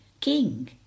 king